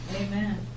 Amen